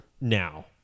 now